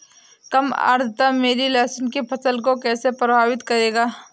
कम आर्द्रता मेरी लहसुन की फसल को कैसे प्रभावित करेगा?